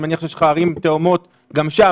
אני מניח שיש לך ערים תאומות גם שם.